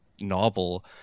novel